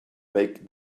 make